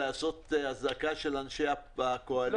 להזעיק את אנשי הקואליציה.